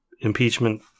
impeachment